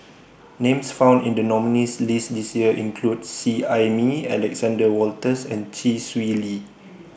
Names found in The nominees' list This Year include Seet Ai Mee Alexander Wolters and Chee Swee Lee